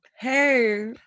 Hey